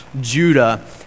Judah